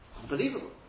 Unbelievable